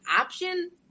option